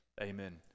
amen